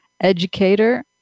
educator